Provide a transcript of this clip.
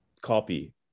copy